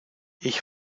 ich